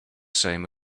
same